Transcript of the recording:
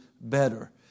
better